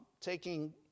taking